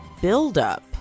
buildup